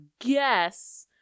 guess